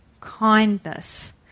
kindness